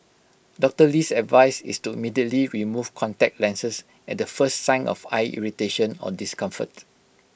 Doctor Lee's advice is to immediately remove contact lenses at the first sign of eye irritation or discomfort